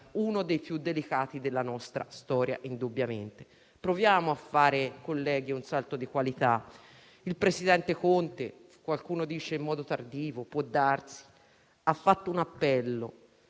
uno dei più delicati della nostra storia. Colleghi, proviamo a fare un salto di qualità. Il presidente Conte - qualcuno dice in modo tardivo, può darsi - ha fatto un appello